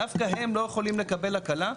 דווקא הם לא יכולים לקבל הקלה?